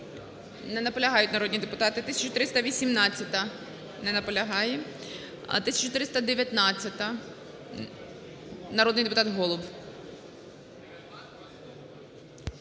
Не наполягають народні депутати. 1318-а. Не наполягають. 1319-а. Народний депутат Голуб.